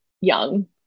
young